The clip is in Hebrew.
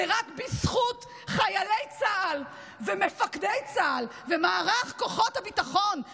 זה רק בזכות חיילי צה"ל ומפקדי צה"ל ומערך כוחות הביטחון,